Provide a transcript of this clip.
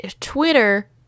Twitter